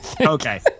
Okay